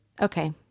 Okay